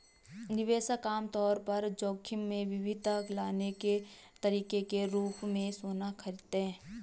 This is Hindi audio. निवेशक आम तौर पर जोखिम में विविधता लाने के तरीके के रूप में सोना खरीदते हैं